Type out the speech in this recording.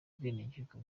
ubwenegihugu